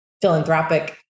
philanthropic